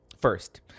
First